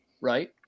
right